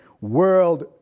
World